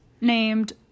named